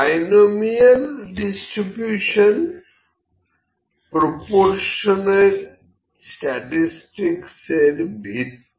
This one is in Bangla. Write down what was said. বাইনোমিয়াল ডিস্ট্রিবিউশন প্রপরশনের স্ট্যাটিসটিকস এর ভিত্তি